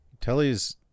Tellys